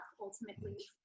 ultimately